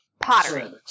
pottery